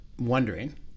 wondering